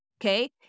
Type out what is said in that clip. Okay